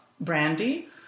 brandy